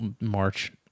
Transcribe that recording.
March